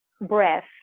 breath